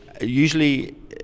Usually